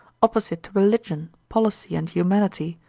opposite to religion, policy, and humanity,